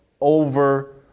over –